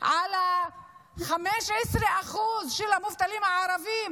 על ה-15% של המובטלים הערבים.